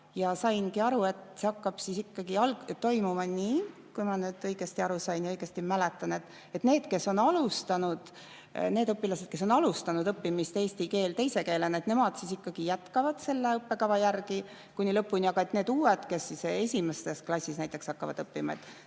ja saingi aru, et see hakkab ikkagi toimuma nii – kui ma nüüd õigesti aru sain ja õigesti mäletan –, et need õpilased, kes on alustanud õppimist eesti keel teise keelena, ikkagi jätkavad selle õppekava järgi kuni lõpuni, aga need uued, kes esimeses klassis näiteks hakkavad õppima,